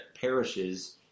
perishes